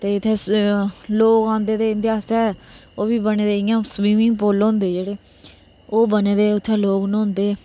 ते जित्थै लोग आंदे ते उंदे आस्तै ओ ह्बी बने दे इयां स्बिमिंग पूल होंदे जेहडे़ ओह् बने दे उत्थै लोग न्हौंदे